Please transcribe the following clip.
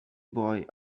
boy